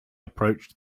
approached